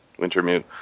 Wintermute